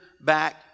back